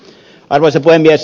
arvoisa puhemies